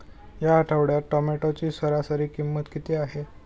या आठवड्यात टोमॅटोची सरासरी किंमत किती आहे?